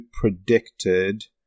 predicted